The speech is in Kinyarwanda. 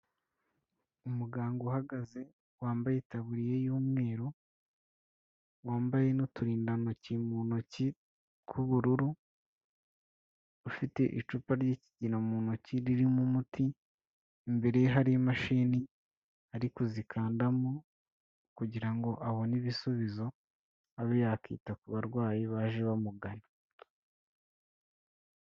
Umuganga uhagaze wambaye itaburiya y'umweru, wambaye n'uturindantoki mu ntoki tw'ubururu, ufite icupa ry'ikigina mu ntoki, ririmo umuti imbere ye hari imashini ari ku zikandamo, kugirango abone ibisubizo abe yakita ku barwayi baje bamugana.